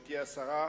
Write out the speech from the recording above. גברתי השרה,